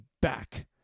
back